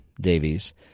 Davies